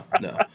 no